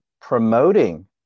promoting